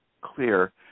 clear